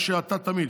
יש האטה תמיד.